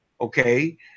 Okay